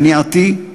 המניעתי,